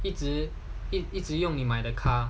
一直一直用你买的 car